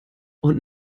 und